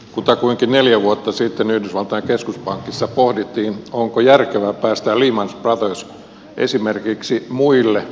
kutakuinkin neljä vuotta sitten yhdysvaltain keskuspankissa pohdittiin onko järkevää päästää lehman brothers konkurssiin esimerkiksi muille